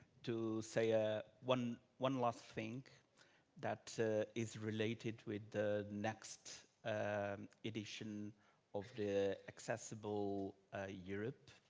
to say ah one one last thing that is related with the next edition of the accessible ah europe.